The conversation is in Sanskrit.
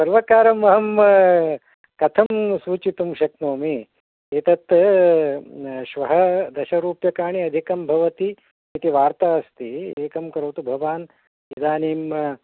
सर्वकारम् अहं कथं सूचितुं शक्नोमि एतत् श्वः दशरूप्यकाणि अधिकं भवति इति वार्ता अस्ति एकं करोतु भवान् इदानीं